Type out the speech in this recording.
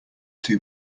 two